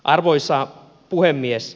arvoisa puhemies